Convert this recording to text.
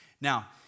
Now